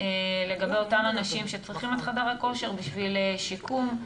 לגבי אותם אנשים שצריכים את חדר הכושר בשביל שיקום,